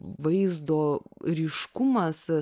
vaizdo ryškumas